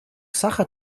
sacher